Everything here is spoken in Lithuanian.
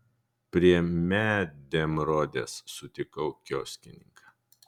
prie medemrodės sutikau kioskininką